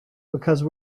because